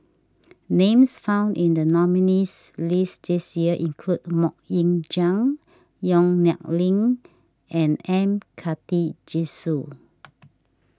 names found in the nominees' list this year include Mok Ying Jang Yong Nyuk Lin and M Karthigesu